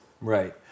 Right